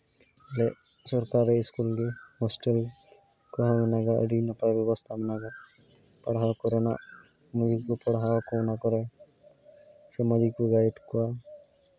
ᱟᱫᱚ ᱥᱚᱨᱠᱟᱨᱤ ᱥᱠᱩᱞ ᱜᱮ ᱦᱳᱥᱴᱮᱞ ᱚᱠᱟ ᱦᱚᱸ ᱚᱱᱟᱫᱚ ᱟᱹᱰᱤ ᱱᱟᱯᱟᱭ ᱵᱮᱵᱚᱥᱛᱷᱟ ᱢᱮᱱᱟᱜᱼᱟ ᱯᱟᱲᱦᱟᱣ ᱠᱚᱨᱮᱱᱟᱜ ᱯᱟᱲᱦᱟᱣ ᱠᱚ ᱚᱱᱟ ᱠᱚᱨᱮ ᱥᱮ ᱢᱚᱡᱽ ᱜᱮᱠᱚ ᱜᱟᱭᱤᱰ ᱠᱚᱣᱟ